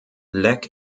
lac